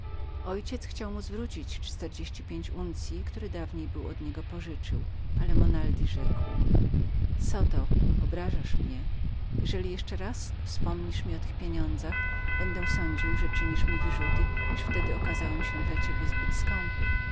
ojciec chciał mu zwrócić czterdzieści pięć uncyi które dawniej był od niego pożyczył ale monaldi rzekł zoto obrażasz mnie jeżeli raz wspomnisz mi jeszcze o tych pieniądzach będę sądził że czynisz mi wyrzuty iż wtedy okazałem się dla ciebie zbyt skąpym